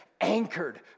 anchored